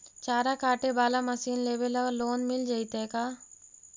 चारा काटे बाला मशीन लेबे ल लोन मिल जितै का?